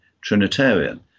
Trinitarian